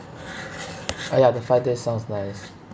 ah ya the friday sounds nice